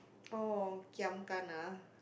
oh okay I'm gonna